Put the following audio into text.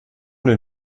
den